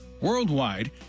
worldwide